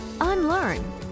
unlearn